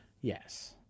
Yes